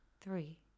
three